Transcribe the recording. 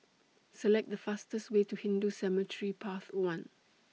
Select The fastest Way to Hindu Cemetery Path one